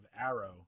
Arrow